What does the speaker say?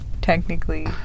technically